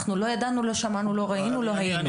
אנחנו לא ידענו, לא שמענו, לא ראינו ולא היינו.